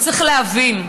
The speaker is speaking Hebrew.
וצריך להבין,